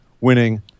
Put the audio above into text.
winning